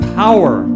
power